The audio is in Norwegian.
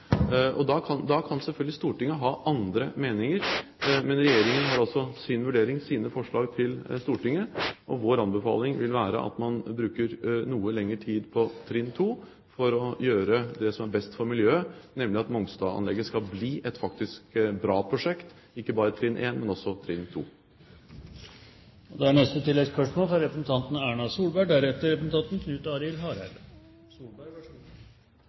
Da kan selvfølgelig Stortinget ha andre meninger, men Regjeringen har altså sin vurdering, sine forslag til Stortinget, og vår anbefaling vil være at man bruker noe lengre tid på trinn 2 for å gjøre det som er best for miljøet, nemlig at Mongstad-anlegget skal bli et bra prosjekt – ikke bare trinn 1, men også trinn